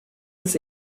des